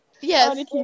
Yes